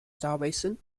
starvation